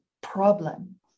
problem